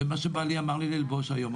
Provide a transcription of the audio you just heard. זה מה שבעלי אמר לי ללבוש היום.